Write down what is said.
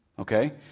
Okay